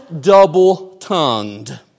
double-tongued